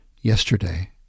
Yesterday